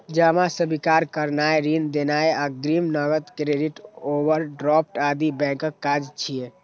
जमा स्वीकार करनाय, ऋण देनाय, अग्रिम, नकद, क्रेडिट, ओवरड्राफ्ट आदि बैंकक काज छियै